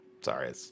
Sorry